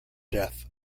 death